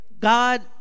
God